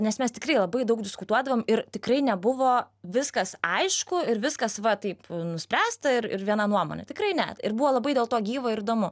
nes mes tikrai labai daug diskutuodavom ir tikrai nebuvo viskas aišku ir viskas va taip nuspręsta ir ir viena nuomonė tikrai ne ir buvo labai dėl to gyva ir įdomu